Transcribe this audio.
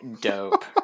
dope